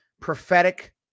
prophetic